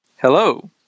Hello